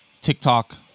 TikTok